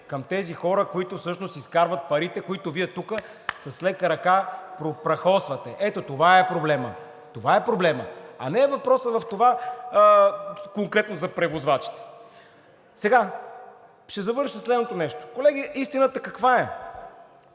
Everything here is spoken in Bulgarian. към тези хора, които всъщност изкарват парите, които Вие тук с лека ръка прахосвате. Ето това е проблемът. Това е проблемът! Въпросът не е конкретно за превозвачите. Сега, ще завърша със следното: колеги, каква е